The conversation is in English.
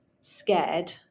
scared